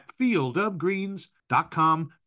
fieldofgreens.com